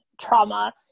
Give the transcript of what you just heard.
trauma